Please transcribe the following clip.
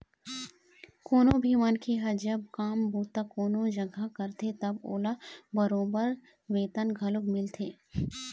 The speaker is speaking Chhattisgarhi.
कोनो भी मनखे ह जब काम बूता कोनो जघा करथे तब ओला बरोबर बेतन घलोक मिलथे